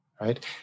right